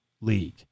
league